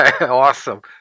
awesome